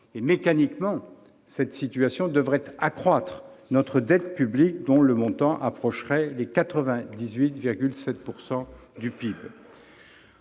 Mécaniquement, cette situation devrait accroître notre dette publique, dont le montant approcherait 98,7 % du PIB.